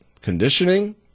conditioning